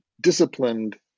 disciplined